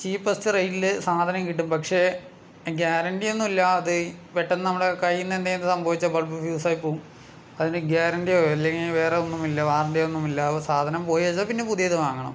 cheapest റേയ്റ്റില് സാധനം കിട്ടും പക്ഷെ ഗ്യാരണ്ടിയൊന്നുല്ലാ അത് പെട്ടന്ന് നമ്മുടെ കയ്യീന്ന് എന്തെങ്കിലും സംഭവിച്ചാ ബൾബ് ഫ്യൂസായി പോകും അതിന് ഗ്യാരൻറ്റിയോ അല്ലങ്കി വേറെ ഒന്നുമില്ല വാറൻറ്റി ഒന്നുമില്ല അപ്പ സാധനം പോയാച്ചാ പിന്നെ പുതിയത് വാങ്ങണം